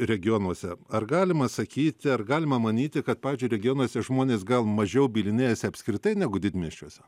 regionuose ar galima sakyti ar galima manyti kad pavyzdžiui regionuose žmonės gal mažiau bylinėjasi apskritai negu didmiesčiuose